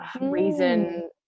reason